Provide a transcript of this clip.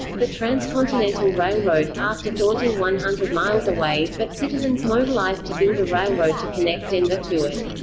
the transcontinental railroad passed a daunting one hundred miles away, but citizens mobilized to build a railroad to connect denver to it.